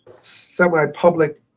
semi-public